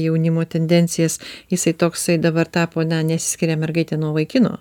jaunimo tendencijas jisai toksai dabar tapo ne nesiskiria mergaitė nuo vaikino